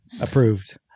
Approved